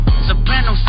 Soprano